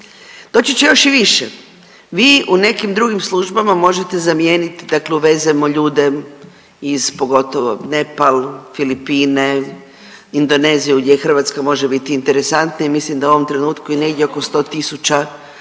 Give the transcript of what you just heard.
Doći će još i vie. Vi u nekim drugim službama možete zamijenit dakle uvezemo ljude iz pogotovo Nepal, Filipine, Indoneziju gdje Hrvatska može biti interesantna i mislim da u ovom trenutku je negdje oko 100.000 stranih